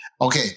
Okay